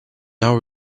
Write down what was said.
now